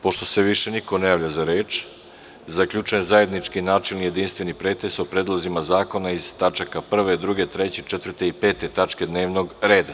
Pošto se više niko ne javlja za reč, zaključujem zajednički načelni i jedinstveni pretres o predlozima zakona iz tačaka 1, 2, 3, 4. i 5. dnevnog reda.